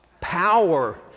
power